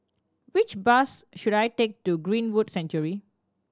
which bus should I take to Greenwood Sanctuary